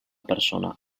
persona